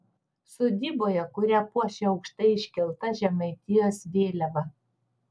sodyboje kurią puošia aukštai iškelta žemaitijos vėliava